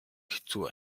хэцүү